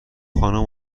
خانوم